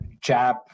jab